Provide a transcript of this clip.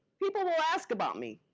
people will ask about me.